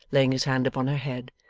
laying his hand upon her head,